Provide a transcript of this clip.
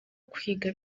kwiga